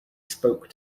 spoke